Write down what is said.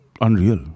unreal